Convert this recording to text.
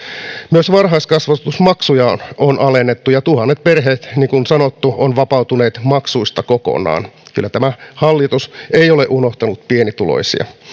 myös varhaiskasvatusmaksuja on alennettu ja tuhannet perheet niin kuin sanottu ovat vapautuneet maksuista kokonaan kyllä tämä hallitus ei ole unohtanut pienituloisia